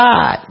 God